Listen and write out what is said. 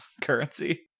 currency